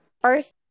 first